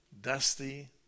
dusty